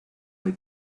muy